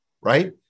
right